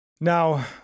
Now